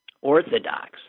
Orthodox